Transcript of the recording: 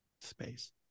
space